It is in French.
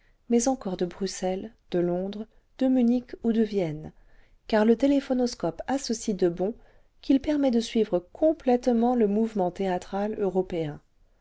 mais encore de bruxelles de londres de munich ou de vienne car le téléjohonoscope a ceci de bon qu'il permet dé suivre complètement le mouvement théâtral